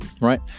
right